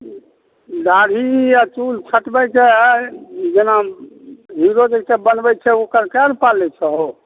दाढ़ी आओर चूल छटबयके जेना हीरो जैसा बनबय छै ओकर कए रुपैआ लै छहो